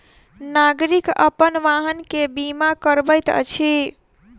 नागरिक अपन वाहन के बीमा करबैत अछि